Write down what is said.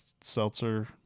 seltzer